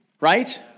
right